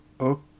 Okay